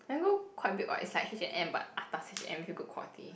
Mango quite big [what] it's like H and M but atas H and M with good quality